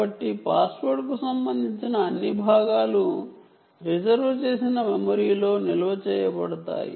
కాబట్టి పాస్వర్డ్కు సంబంధించిన అన్ని భాగాలు రిజర్వుడ్ మెమరీ లో నిల్వ చేయబడతాయి